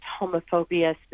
homophobia